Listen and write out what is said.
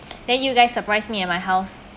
then you guys surprised me at my house